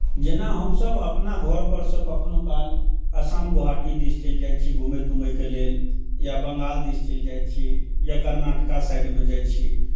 जेना हमसभ अपना घरपर सँ कखनहु काल असम गोहाटी दिश चलि जाइ छी घूमै तूमैके लेल या बंगाल दिस चलि जाइ छी या कर्नाटका साइडमे जाइ छी